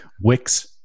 Wix